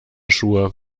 schuhe